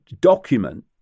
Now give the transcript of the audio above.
document